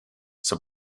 zij